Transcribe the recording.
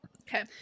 Okay